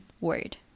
word